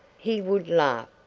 he would laugh,